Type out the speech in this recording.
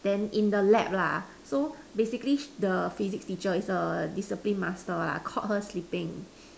then in the lab lah so basically she the Physics teacher is a discipline master lah caught her sleeping